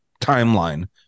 timeline